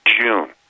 June